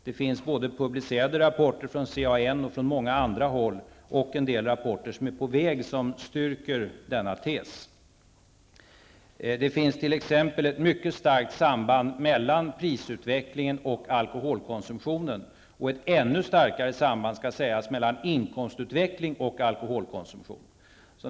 Det finns publicerade rapporter både från CAN och från många andra håll. Dessutom är det på väg en del rapporter. Alla dessa rapporter styrker denna tes. Det finns t.ex. ett mycket starkt samband mellan prisutveckling och alkoholkonsumtion, och sambandet är ännu starkare mellan inkomstutveckling och alkoholkonsumtion.